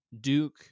Duke